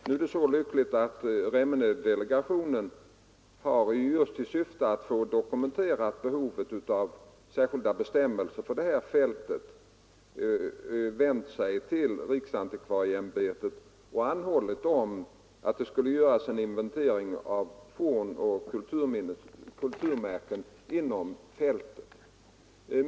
Nu är det så lyckligt att Remmenedelegationen i syfte att söka få behovet av särskilda bestämmelser för detta fält dokumenterat hos riksantikvarieimbetet anhållit om en inventering av fornoch kulturminnen på fältet.